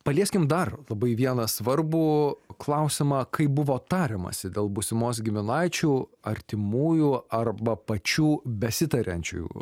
palieskim dar labai vieną svarbų klausimą kaip buvo tariamasi dėl būsimos giminaičių artimųjų arba pačių besitariančiųjų